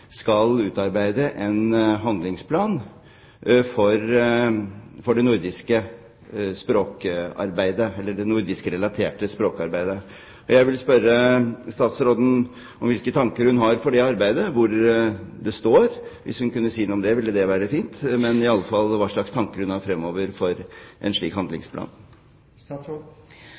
skal utarbeide en handlingsplan for det nordiskrelaterte språkarbeidet. Jeg vil spørre statsråden om hvilke tanker hun har om det arbeidet – hvor det står. Hvis hun kunne si noe om det, ville det være fint, men det ville i alle fall være fint om hun kunne si noe om hva slags tanker hun har fremover med hensyn til en slik handlingsplan.